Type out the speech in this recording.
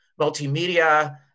Multimedia